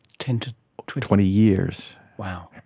ten to to twenty years? wow.